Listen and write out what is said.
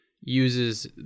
uses